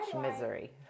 Misery